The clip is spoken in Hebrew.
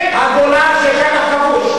חבר הכנסת נחמן שי, תודה.